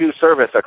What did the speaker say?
service